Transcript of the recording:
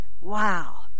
Wow